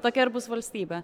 tokia ir bus valstybė